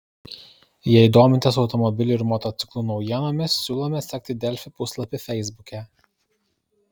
jei domitės automobilių ir motociklų naujienomis siūlome sekti delfi puslapį feisbuke